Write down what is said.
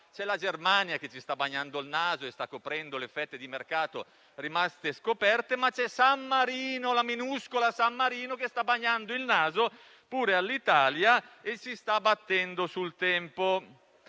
La Germania ci sta bagnando il naso e sta coprendo le fette di mercato rimaste scoperte, ma anche San Marino, la minuscola San Marino, sta bagnando il naso all'Italia e ci sta battendo sul tempo.